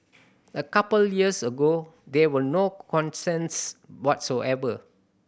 a couple years ago there were no whatsoever